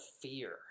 fear